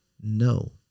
no